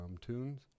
tunes